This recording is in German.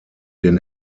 den